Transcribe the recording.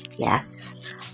Yes